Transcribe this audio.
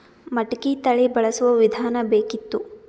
ಮಟಕಿ ತಳಿ ಬಳಸುವ ವಿಧಾನ ಬೇಕಿತ್ತು?